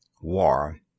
War